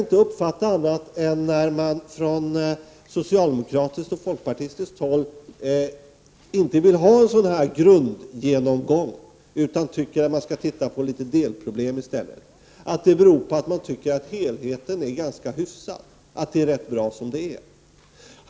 När man från socialdemokratiskt och folkpartistiskt håll inte vill ha en grundgenomgång utan tycker att man skall se på några delproblem, kan vi inte uppfatta det på annat sätt än att man tycker att helheten är ganska hyfsad, att det är rätt bra som det är.